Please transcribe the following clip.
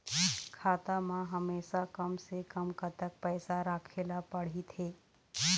खाता मा हमेशा कम से कम कतक पैसा राखेला पड़ही थे?